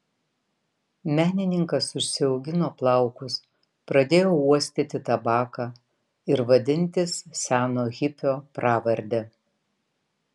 menininkas užsiaugino plaukus pradėjo uostyti tabaką ir vadintis seno hipio pravarde